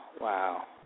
wow